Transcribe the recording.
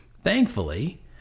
thankfully